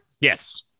yes